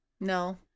no